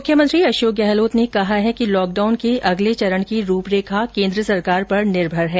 मुख्यमंत्री अशोक गहलोत ने कहा है कि लॉक डाउन के अगले चरण की रूपरेखा केन्द्र सरकार पर निर्भर है